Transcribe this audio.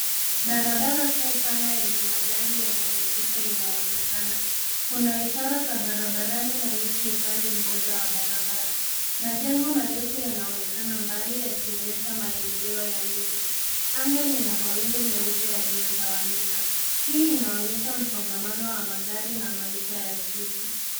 Barabara kuu pana yenye magari yanayopita inaonekana. Kuna ishara za barabarani na miti upande mmoja wa barabara. Majengo marefu yanaonekana mbali yakionyesha maendeleo ya miji. Anga lina mawingu meupe yaliyotawanyika. Hii inaonyesha msongamano wa magari na maisha ya jiji.